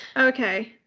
Okay